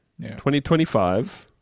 2025